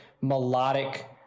melodic